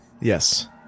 Yes